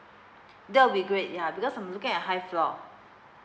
that will be great ya because I'm looking at high floor